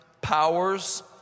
powers